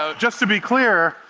ah just to be clear,